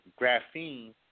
Graphene